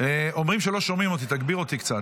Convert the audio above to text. אומרים שלא שומעים אותי, תגביר אותי קצת.